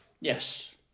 Yes